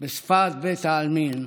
בשפת בית העלמין,